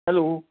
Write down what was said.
hello